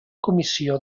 comissió